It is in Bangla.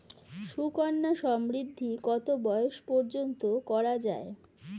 সুকন্যা সমৃদ্ধী কত বয়স পর্যন্ত করা যায়?